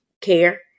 care